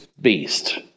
beast